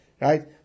right